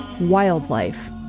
wildlife